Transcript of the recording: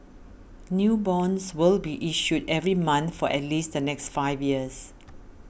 new bonds will be issued every month for at least the next five years